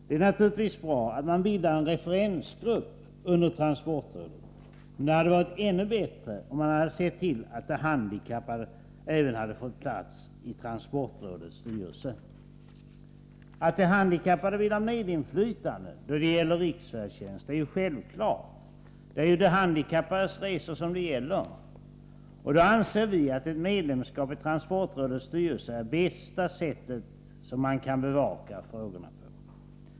Det är naturligtvis bra att man bildar en referensgrupp under transportrådet, men det hade varit ännu bättre om man sett till att de handikappade även hade fått plats i transportrådets styrelse. Att de handikappade vill ha medinflytande då det gäller riksfärdtjänst är ju självklart — det är ju de handikappades resor som det gäller. Och då anser vi att ett medlemskap i transportrådets styrelse är det bästa sättet som man kan bevaka frågorna på.